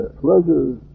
pleasures